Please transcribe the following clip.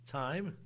time